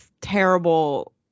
terrible